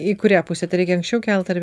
į kurią pusę tai reikia anksčiau kelt ar